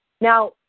Now